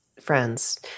friends